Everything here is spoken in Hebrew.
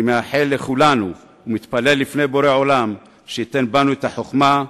אני מאחל לכולנו ומתפלל לפני בורא עולם שייתן בנו את החוכמה,